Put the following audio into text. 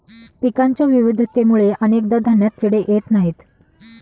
पिकांच्या विविधतेमुळे अनेकदा धान्यात किडे येत नाहीत